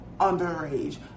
underage